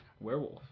Werewolf